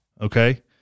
Okay